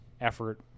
effort